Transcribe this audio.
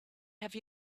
have